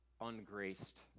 ungraced